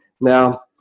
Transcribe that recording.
Now